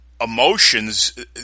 emotions